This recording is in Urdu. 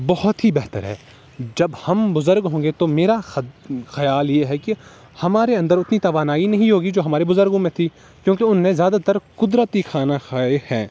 بہت ہی بہتر ہے جب ہم بزرگ ہوں گے تو میرا خیال یہ ہے کہ ہمارے اندر اتنی توانائی نہیں ہوگی جو ہمارے بزرگوں میں تھی کیونکہ انہوں نے زیادہ تر قدرتی کھانا کھائے ہیں